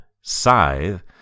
Scythe